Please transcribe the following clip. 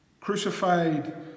crucified